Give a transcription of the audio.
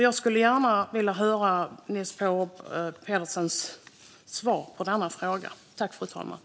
Jag skulle gärna vilja höra Niels Paarup-Petersens svar på frågan.